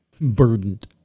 burdened